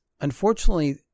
unfortunately